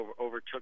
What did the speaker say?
overtook